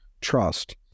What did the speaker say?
trust